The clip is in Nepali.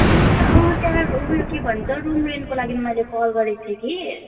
ए त्यहाँ उयो के भन्छ रुम रेन्टको लागि मैले कल गरेको थिएँ कि